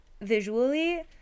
visually